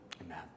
Amen